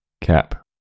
Cap